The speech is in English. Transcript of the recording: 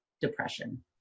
depression